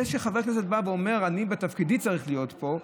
זה שחבר כנסת בא ואומר: אני בתפקידי צריך להיות פה,